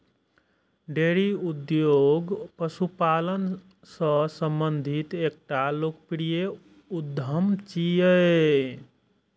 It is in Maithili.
डेयरी उद्योग पशुपालन सं संबंधित एकटा लोकप्रिय उद्यम छियै